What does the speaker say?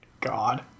God